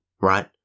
right